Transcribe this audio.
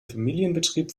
familienbetrieb